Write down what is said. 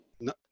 No